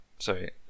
Sorry